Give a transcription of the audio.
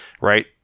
right